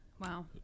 Wow